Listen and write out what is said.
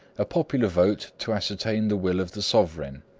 a popular vote to ascertain the will of the sovereign.